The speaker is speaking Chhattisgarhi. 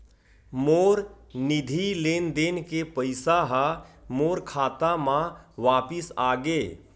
मोर निधि लेन देन के पैसा हा मोर खाता मा वापिस आ गे